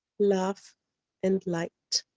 love and light.